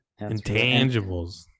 intangibles